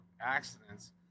accidents